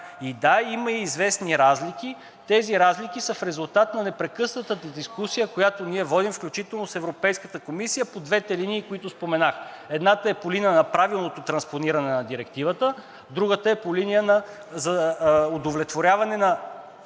И, да, има известни разлики. Тези разлики са в резултат на непрекъснатата дискусия, която ние водим, включително с Европейската комисия, по двете линии, които споменах – едната е по линия на правилното транспониране на Директивата, другата е по линия за удовлетворяване на